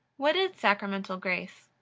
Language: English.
what is sacramental grace?